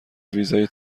ویزای